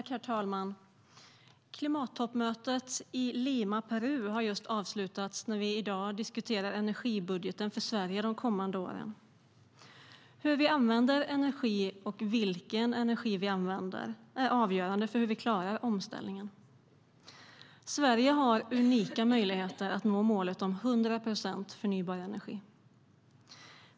Herr talman! Klimattoppmötet i Lima i Peru har just avslutats när vi i dag diskuterar energibudgeten för Sverige de kommande åren. Hur vi använder energi och vilken energi vi använder är avgörande för hur vi klarar omställningen. Sverige har unika möjligheter att nå målet om 100 procent förnybar energi.